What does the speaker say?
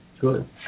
Good